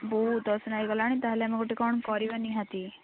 ବହୁତ ଅସନା ହେଇଗଲାଣି ତା'ହେଲେ ଆମେ ଗୋଟେ କ'ଣ କରିବା ନିହାତି